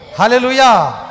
Hallelujah